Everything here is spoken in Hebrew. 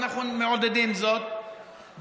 ואנחנו מעודדים זאת,